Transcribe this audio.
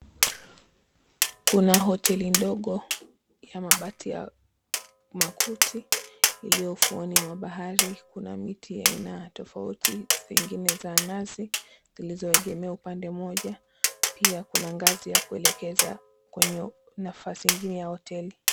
Kuna hoteli ndogo ya mabati ya makuti iliyo ufuoni mwa bahari , kuna miti aina tofauti zingine za nazi zilizoengemea upande moja pia kuna ngazi za kuelekeza kwenye nafasi ingine ya hoteli.